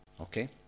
Okay